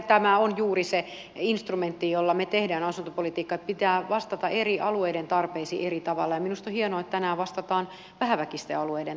tämä on juuri se instrumentti jolla me teemme asuntopolitiikkaa että pitää vastata eri alueiden tarpeisiin eri tavalla ja minusta on hienoa että tänään vastataan vähäväkisten alueiden tarpeisiin